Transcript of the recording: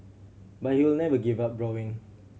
but he will never give up drawing